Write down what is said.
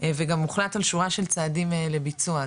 וגם הוחלט על שורה של צעדים לביצוע,